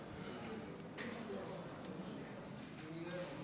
הכנסת, להלן